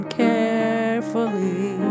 carefully